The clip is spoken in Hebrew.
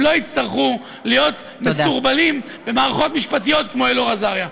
הם לא יצטרכו להיות מסובכים במערכות משפטיות כמו אלאור אזריה.